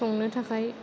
संनो थाखाय